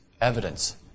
evidence